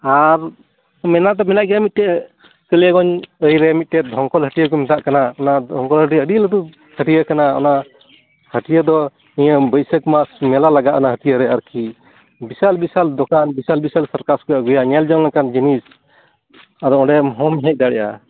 ᱟᱨ ᱢᱮᱱᱟᱜ ᱫᱚ ᱢᱮᱱᱟᱜ ᱜᱮᱭᱟ ᱢᱤᱜᱴᱮᱡ ᱠᱟᱞᱤᱭᱟᱜᱚᱧᱡᱽ ᱰᱟᱦᱚᱨᱮ ᱢᱤᱜᱴᱮᱱ ᱰᱷᱚᱝᱠᱚᱞ ᱦᱟᱹᱴᱤᱭᱟᱹ ᱠᱚ ᱢᱮᱛᱟᱜ ᱠᱟᱱᱟ ᱰᱷᱚᱸᱠᱚᱞ ᱦᱟᱹᱴᱤᱭᱟᱹ ᱟᱰᱤ ᱞᱟᱴᱩ ᱦᱟᱹᱴᱤᱭᱟᱹ ᱠᱟᱱᱟ ᱚᱱᱟ ᱦᱟᱹᱴᱤᱭᱟᱹ ᱫᱚ ᱱᱤᱭᱟᱹ ᱵᱟᱹᱭᱥᱟᱹᱠ ᱢᱟᱥ ᱢᱮᱞᱟ ᱞᱟᱜᱟᱜᱼᱟ ᱚᱱᱟ ᱦᱟᱹᱴᱭᱟᱹᱨᱮ ᱟᱨᱠᱤ ᱵᱤᱥᱟᱞ ᱵᱤᱥᱟᱞ ᱫᱚᱠᱟᱱ ᱵᱤᱥᱟᱞ ᱵᱤᱥᱟᱞ ᱥᱟᱨᱠᱟᱥ ᱠᱚ ᱟᱜᱩᱭᱟ ᱧᱮᱞ ᱡᱚᱝ ᱞᱮᱠᱟᱱ ᱡᱤᱱᱤᱥ ᱟᱨ ᱚᱸᱰᱮ ᱦᱚᱸᱢ ᱦᱮᱡ ᱫᱟᱲᱮᱭᱟᱜᱼᱟ